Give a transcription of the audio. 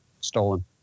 stolen